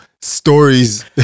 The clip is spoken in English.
stories